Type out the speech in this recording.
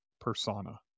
persona